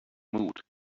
mood